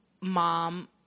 mom